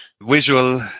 visual